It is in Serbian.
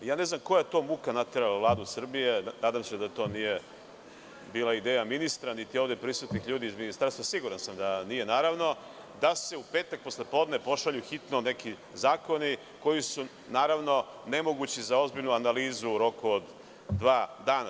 Ja ne znam koja je to muka naterala Vladu Srbije, nadam se da to nije bila ideja ministra, niti ovde prisutnih ljudi iz Ministarstva, siguran sam da nije, naravno, da se u petak posle podne pošalju hitno neki zakoni koji su, naravno, nemogući za ozbiljnu analizu u roku od dva dana.